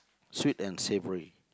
sweet and savoury